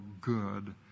good